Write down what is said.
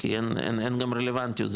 כי אין גם רלוונטיות,